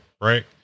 right